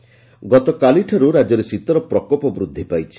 ଶୀତଲହରୀ ଗତକାଲିଠାରୁ ରାକ୍ୟରେ ଶୀତର ପ୍ରକୋପ ବୃଦ୍ଧି ପାଇଛି